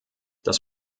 das